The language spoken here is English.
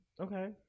Okay